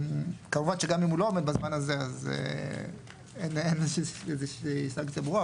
כמובן שגם אם הוא לא עומד בזמן הזה אז אין איזו שהיא סנקציה ברורה,